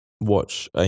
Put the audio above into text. watch